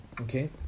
Okay